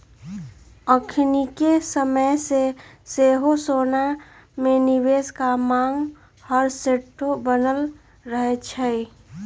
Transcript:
अखनिके समय में सेहो सोना में निवेश के मांग हरसठ्ठो बनल रहै छइ